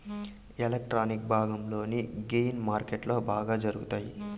electronic భాగంలోని gain మార్కెట్లో బాగా జరుగుతాయి